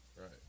right